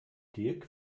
dirk